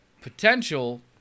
potential